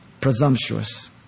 Presumptuous